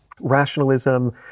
rationalism